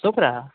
सूख रहा